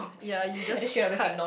yea you just cut